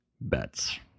bets